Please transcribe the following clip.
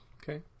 Okay